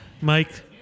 Mike